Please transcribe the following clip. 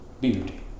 beauty